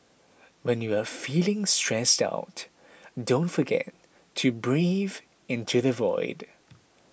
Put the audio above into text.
when you are feeling stressed out don't forget to breathe into the void